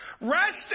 Rest